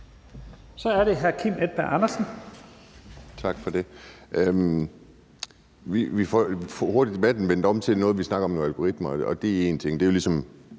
Kl. 14:52 Kim Edberg Andersen (NB): Tak for det. Vi får hurtigt debatten vendt om. Nu har vi snakket om algoritmer, og det er én ting. Det er ligesom